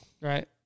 Right